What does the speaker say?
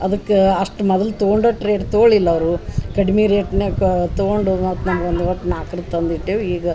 ಅದಕ್ಕೆ ಅಷ್ಟು ಮೊದಲು ತಗೊಂಡಟ್ ರೇಟ್ ತಗೊಳ್ಲಿಲ್ಲ ಅವರು ಕಡ್ಮಿ ರೇಟ್ನ್ಯಕಾ ತಗೊಂಡು ಮತ್ತೆ ನಮಗೊಂದು ಒಟ್ಟು ನಾಕ್ರದು ತಂದು ಇಟ್ಟೇವೆ ಈಗ